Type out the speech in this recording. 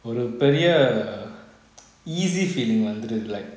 ஒரு பெரிய:oru periya easy feeling வந்துடுது:vanthuduthu like